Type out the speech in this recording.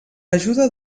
ajuda